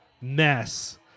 mess